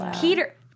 Peter